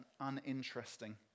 uninteresting